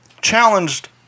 challenged